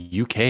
UK